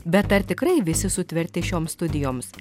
bet ar tikrai visi sutverti šioms studijoms